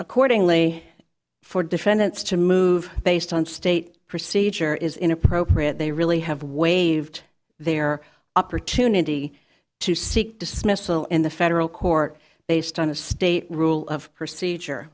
accordingly for defendants to move based on state procedure is inappropriate they really have waived their opportunity to seek dismissal in the federal court based on a state rule of procedure